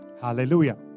Hallelujah